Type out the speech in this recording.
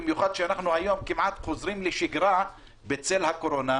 במיוחד כשאנחנו היום כמעט חוזרים לשגרה בצל הקורונה,